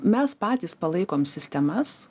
mes patys palaikom sistemas